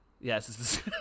Yes